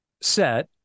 set